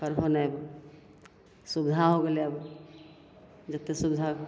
करबहो नहि सुविधा हो गेलै अब जतेक सुविधा